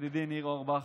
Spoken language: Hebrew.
ידידי ניר אורבך,